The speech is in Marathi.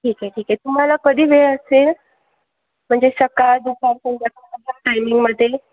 ठीक आहे ठीक आहे तुम्हाला कधी वेळ असेल म्हणजे सकाळ दुपार संध्या टायमिंगमध्ये